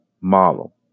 model